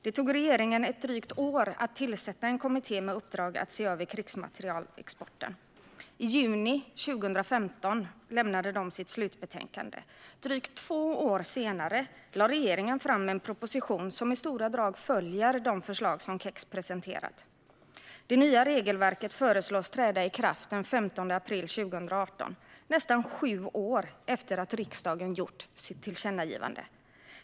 Det tog regeringen ett drygt år att tillsätta en kommitté med uppdrag att se över krigsmaterielexporten. I juni 2015 lämnade kommittén sitt slutbetänkande. Drygt två år senare lade regeringen fram en proposition, som i stora drag följer de förslag som KEX-utredningen presenterat. Det nya regelverket föreslås träda i kraft den 15 april 2018, nästan sju år efter att riksdagen lämnat sitt tillkännagivande.